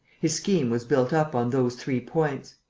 his scheme was built up on those three points.